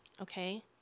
okay